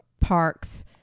park's